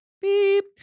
Beep